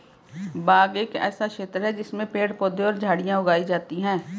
बाग एक ऐसा क्षेत्र होता है जिसमें पेड़ पौधे और झाड़ियां उगाई जाती हैं